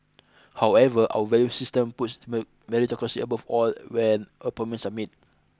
however our value system puts meritocracy above all when appointment submit